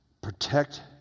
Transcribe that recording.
Protect